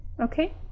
okay